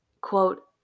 quote